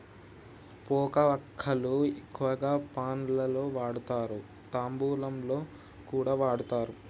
పోక వక్కలు ఎక్కువగా పాన్ లలో వాడుతారు, తాంబూలంలో కూడా వాడుతారు